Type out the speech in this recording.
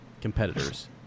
competitors